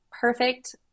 perfect